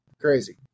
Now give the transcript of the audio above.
crazy